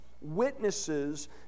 witnesses